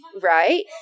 Right